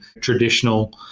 traditional